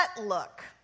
look